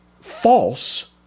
false